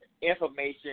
information